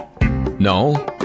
No